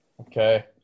Okay